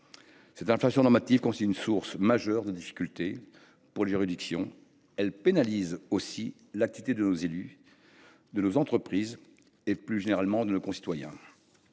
Cette inflation normative constitue une source majeure de difficulté pour les juridictions. Elle pénalise aussi l’activité de nos élus, de nos entreprises et, plus généralement, de nos concitoyens.